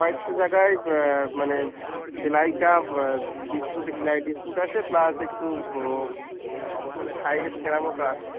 কয়েকটা জায়গায় মানে সেলাইটা ডিসপুটে সেলাই ডিসপুট আছে প্লাস একটু মানে সাইডে ছেঁড়া মতো আছে